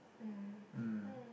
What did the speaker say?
mm oh